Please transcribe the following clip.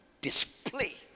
display